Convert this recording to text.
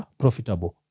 profitable